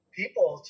people